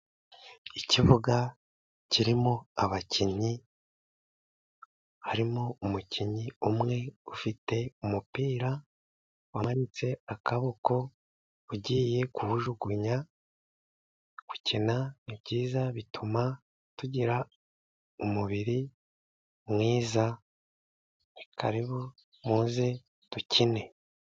Ikibuga kirimo abakinnyi. Harimo umukinnyi umwe ufite umupira, wamanitse akaboko ugiye kuwujugunya. Gukina ni byiza bituma tugira umubiri mwiza ni karibu muze dukine.